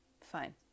fine